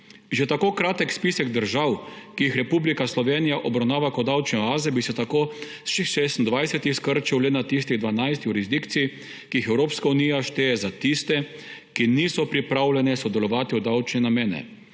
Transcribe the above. Že tako kratek spisek držav, ki jih Republika Slovenija obravnava kot davčne oaze, bi se tako s 26 skrčil na le tistih 12 v jurisdikciji, ki jih Evropska unija šteje za tiste, ki niso pripravljene sodelovati v davčne namene.